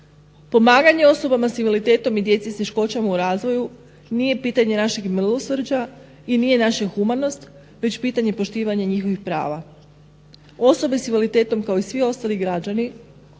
Pomaganje osobama s invaliditetom i djeci s teškoćama u razvoju nije pitanje našeg milosrđa i nije naša humanost već pitanje poštivanja njihovih prava. Osobe s invaliditetom kao i svi ostali građani